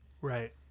Right